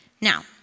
Now